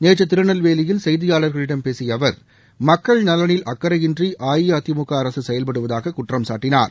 நேற்று திருநெல்வேலியில் செய்தியாளர்களிடம் பேசிய அவர் மக்கள் நலனில் அக்கறையின்றி அஇஅதிமுக அரசு செயல்படுவதாக குற்றம்சாட்டினார்